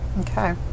Okay